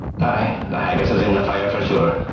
aye, the haggis is in the fire for sure.